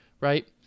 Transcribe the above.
Right